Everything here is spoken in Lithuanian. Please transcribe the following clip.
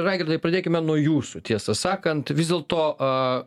raigardai pradėkime nuo jūsų tiesą sakant vis dėlto